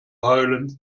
heulen